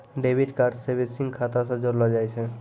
debit card savings खाता से जोड़लो जाय छै